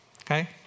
okay